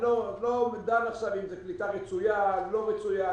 אני לא דן עכשיו אם זאת קליטה רצויה או לא רצויה,